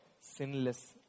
sinless